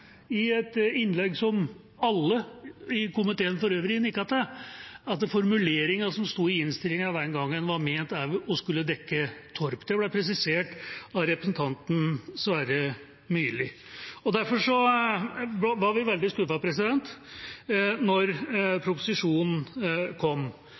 i et innlegg, som alle i komiteen for øvrig nikket til, at formuleringen som sto i innstillinga den gangen, også var ment å skulle dekke Torp. Det ble presisert av representanten Sverre Myrli. Derfor var vi veldig skuffet da proposisjonen kom.